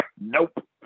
Nope